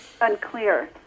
unclear